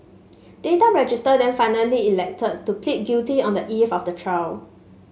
Data Register then finally elected to plead guilty on the eve of the trial